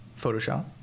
Photoshop